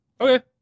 Okay